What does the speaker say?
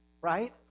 Right